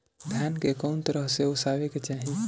धान के कउन तरह से ओसावे के चाही?